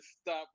stop